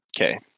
Okay